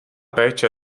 péče